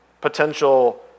potential